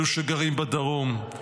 אלו שגרים בדרום,